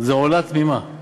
זה עולה תמימה.